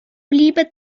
liebe